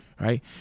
Right